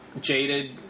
jaded